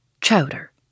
Chowder